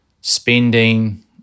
spending